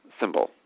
symbol